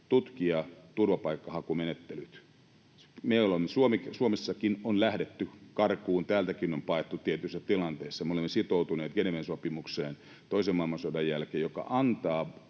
tutkia turvapaikkahakumenettelyt. Suomestakin on lähdetty karkuun, täältäkin on paettu tietyissä tilanteissa. Me olemme sitoutuneet toisen maailmansodan jälkeen Geneven